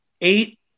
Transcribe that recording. eight